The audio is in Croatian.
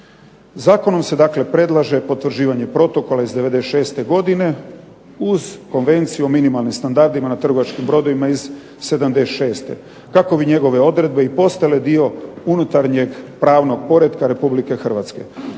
Zakonom se dakle predlaže potvrđivanje protokola iz '96. godine uz konvenciju o minimalnim standardima na trgovačkim brodovima iz '76. kako bi njegove odredbe i postale dio unutarnjeg pravnog poretka Republike Hrvatske.